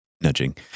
nudging